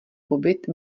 pobyt